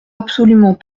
absolument